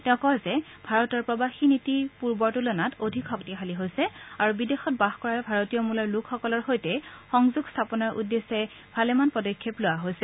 তেওঁ কয় যে ভাৰতৰ প্ৰবাসী নীতি পূৰ্বৰ তুলনাত অধিক শক্তিশালী হৈছে আৰু বিদেশত বাস কৰা ভাৰতীয়মূলৰ লোকসকলৰ সৈতে সংযোগ স্থাপনৰ উদ্দেশ্যে ভালেমান পদক্ষেপ লোৱা হৈছে